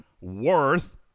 worth